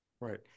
Right